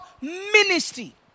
ministry